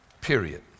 period